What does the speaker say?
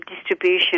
distribution